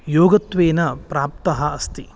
योगत्वेन प्राप्तः अस्ति